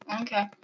Okay